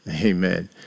Amen